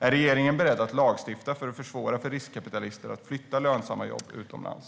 Är regeringen beredd att lagstifta för att försvåra för riskkapitalister att flytta lönsamma jobb utomlands?